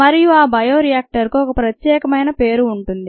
మరియు ఆ బయోరియాక్టర్ కు ఒక ప్రత్యేకమైన పేరు ఉంటుంది